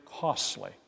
costly